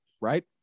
Right